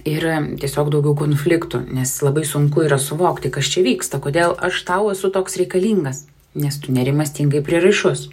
yra tiesiog daugiau konfliktų nes labai sunku yra suvokti kas čia vyksta kodėl aš tau esu toks reikalingas nes tu nerimastingai prieraišus